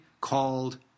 called